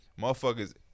Motherfuckers